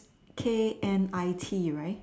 K N I T right